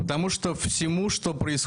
לא ידעתי כלום על עליית